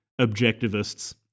objectivists